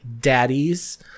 daddies